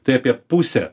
tai apie pusė